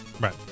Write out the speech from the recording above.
Right